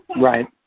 Right